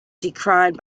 decried